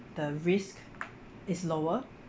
the risk is lower